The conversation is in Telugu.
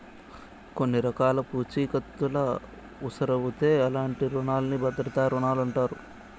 కొన్ని రకాల పూఛీకత్తులవుసరమవుతే అలాంటి రునాల్ని భద్రతా రుణాలంటారు